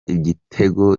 igitego